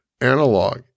analog